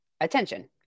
attention